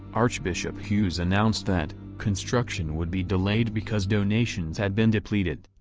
archbishop hughes announced that, construction would be delayed because donations had been depleted,